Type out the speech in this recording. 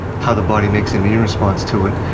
how the body makes an immune response to it,